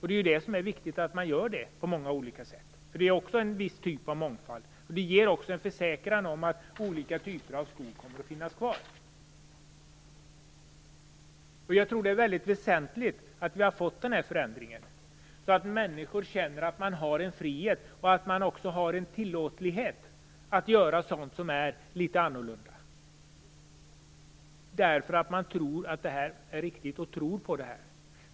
Det är det som är viktigt, att man gör det på många olika sätt. Det är också en viss typ av mångfald. Det ger också en försäkran om att olika typer av skog kommer att finnas kvar. Jag anser att det är mycket väsentligt att vi har fått den här förändringen, så att människor känner att de har en frihet och även en tillåtelse att göra sådant som är litet annorlunda därför att de tror att det är riktigt.